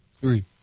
Three